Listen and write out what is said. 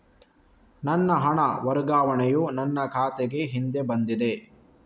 ನನ್ನ ಹಣ ವರ್ಗಾವಣೆಯು ನನ್ನ ಖಾತೆಗೆ ಹಿಂದೆ ಬಂದಿದೆ